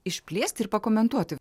išplėsti ir pakomentuoti